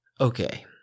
Okay